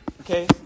Okay